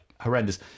horrendous